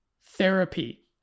therapy